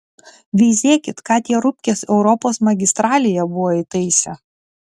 veizėkit ką tie rupkės europos magistralėje buvo įtaisę